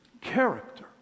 character